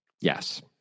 Yes